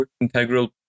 integral